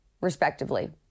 respectively